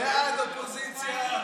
ההסתייגויות (16) של קבוצת סיעת הרשימה